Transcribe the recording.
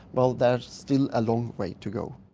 well, there's still a long way to go.